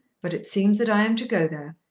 but it seems that i am to go there,